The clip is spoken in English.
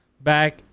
back